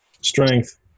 Strength